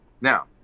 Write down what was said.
Now